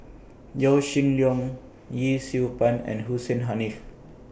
Yaw Shin Leong Yee Siew Pun and Hussein Haniff